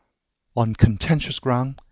on contentious ground,